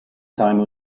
time